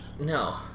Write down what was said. no